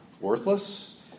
worthless